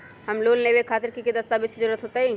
Home loan लेबे खातिर की की दस्तावेज के जरूरत होतई?